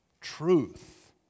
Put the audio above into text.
truth